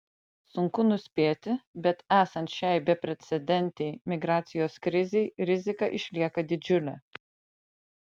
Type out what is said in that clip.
sunku nuspėti bet esant šiai beprecedentei migracijos krizei rizika išlieka didžiulė